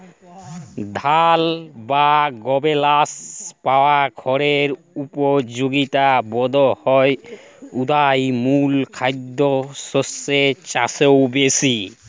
ধাল বা গমেল্লে পাওয়া খড়ের উপযগিতা বধহয় উয়ার মূল খাদ্যশস্যের চাঁয়েও বেশি